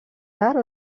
tard